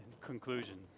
Conclusion